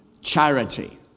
charity